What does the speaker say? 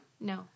No